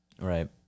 Right